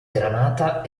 granata